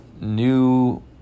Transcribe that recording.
new